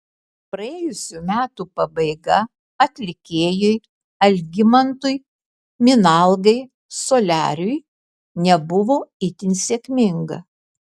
praėjusių metų pabaiga atlikėjui algimantui minalgai soliariui nebuvo itin sėkminga